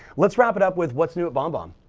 let's wrap it up with what's new at bombbomb.